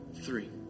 Three